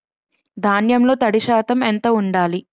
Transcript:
ధాన్యంలో తడి శాతం ఎంత ఉండాలి?